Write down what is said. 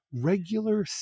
regular